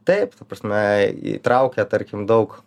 taip ta prasme įtraukia tarkim daug